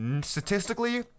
Statistically